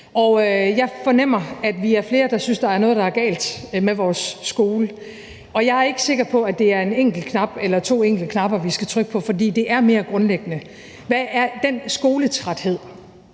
Jeg fornemmer, at vi er flere, der synes, at der er noget, der er galt med vores skole, og jeg er ikke sikker på, at det er en enkelt knap eller to enkelte knapper, vi skal trykke på, for det handler om noget mere grundlæggende. Hvad er det, den skoletræthed,